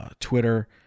Twitter